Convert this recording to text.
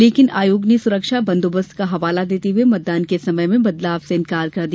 लेकिन आयोग ने सुरक्षा बंदोबस्त का हवाला देते हुए मतदान के समय में बदलाव से इंकार कर दिया